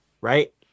right